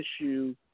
issue